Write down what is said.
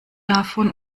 davon